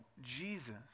Jesus